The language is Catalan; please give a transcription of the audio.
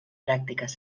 pràctiques